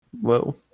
Whoa